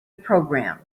program